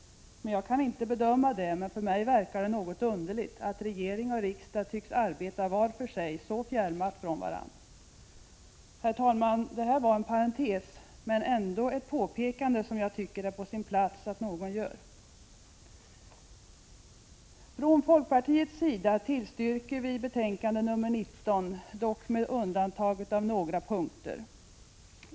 Jag kan inte bedöma detta, men för mig verkar det något underligt att regering och riksdag tycks arbeta var för sig, så fjärmade från varandra. Herr talman! Detta var en parentes, men ändå ett påpekande, som jag tycker det är på sin plats att någon gör. Från folkpartiets sida tillstyrker vi hemställan i betänkande 19, dock med undantag av några punkter.